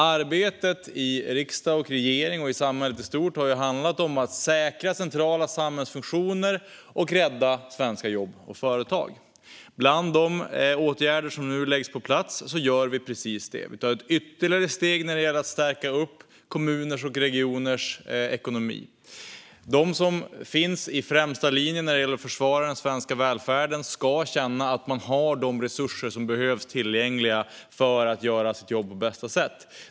Arbetet i riksdag, regering och samhället i stort har handlat om att säkra centrala samhällsfunktioner och rädda svenska jobb och företag. I och med de åtgärder som nu läggs på plats gör vi precis det: Vi tar ytterligare steg när det gäller att stärka upp kommuners och regioners ekonomi. Den som står i främsta linjen när det gäller att försvara den svenska välfärden ska känna att man har de resurser som behöver finnas tillgängliga för att man ska kunna göra sitt jobb på bästa sätt.